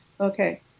Okay